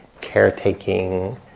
caretaking